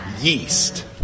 yeast